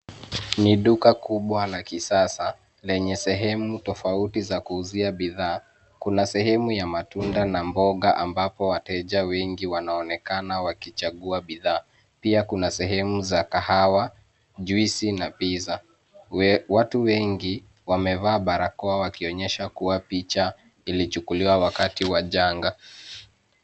Ni duka kubwa la kisasa lenye sehemu tofauti za kuuzia bidhaa. Kuna sehemu ya matunda na mboga ambapo wateja wengi wanaonekana wakichagua bidhaa. Pia kua sehemu za kahawa, juisi na pizza. Watu wengi wamevaa barakoa wakioyesha kuwa picha ilichukuliwa wakati wa janga.